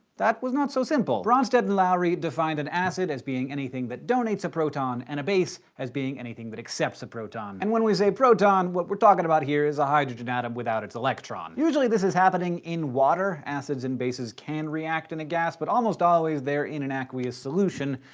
that was not so simple. bronsted and lowry defined an acid as being anything that donates a proton and a base as being anything that accepts a proton. and when we say proton, what we're talking about here is a hydrogen atom without its electron. usually this is happening in water, acids and bases can react in gas, but almost always they're in an aqueous solution,